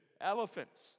elephants